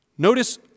Notice